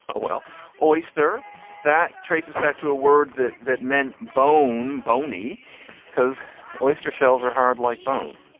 ah well oyster that traces back to a word that that men bone bony because oyster shells are hard like bones.